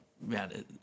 man